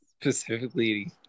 Specifically